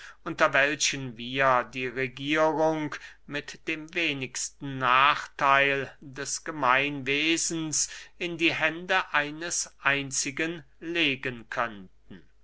unter welchen wir die regierung mit dem wenigsten nachtheil des gemeinwesens in die hände eines einzigen legen